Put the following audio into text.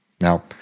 Now